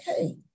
okay